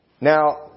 Now